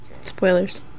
Spoilers